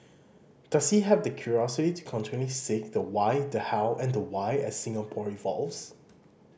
does he have the curiosity to continually seek the why the how and the why as Singapore evolves